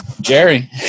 Jerry